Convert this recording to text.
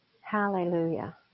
Hallelujah